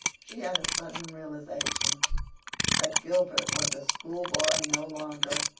she had a sudden realization that gilbert was a schoolboy no longer.